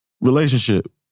relationship